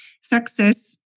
Success